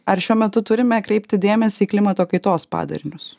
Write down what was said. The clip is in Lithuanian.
ar šiuo metu turime kreipti dėmesį į klimato kaitos padarinius